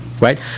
Right